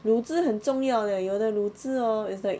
卤汁很重要 leh 有的卤汁 hor is like